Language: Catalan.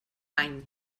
any